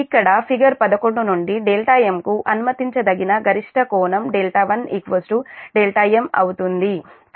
ఇక్కడ ఫిగర్ 11 నుండి δm కు అనుమతించదగిన గరిష్ట కోణం 1 δm అవుతుంది